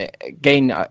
again